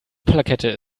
plakette